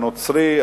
הנוצרי,